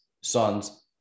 son's